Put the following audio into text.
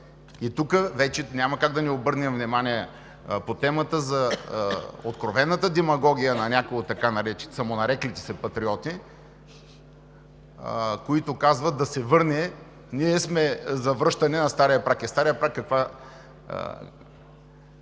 Тук вече няма как да не обърнем внимание по темата за откровената демагогия на някой от така самонареклите се „патриоти“, които казват да се върне старият праг, ние сме за връщане на стария праг,